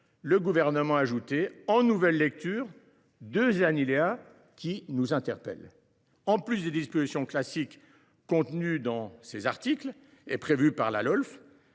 le Gouvernement a ajouté, en nouvelle lecture, deux alinéas qui nous posent question. Outre les dispositions classiques contenues dans ces articles et prévues par la loi